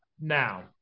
now